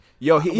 Yo